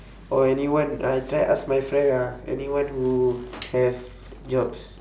or anyone I try ask my friend ah anyone who have jobs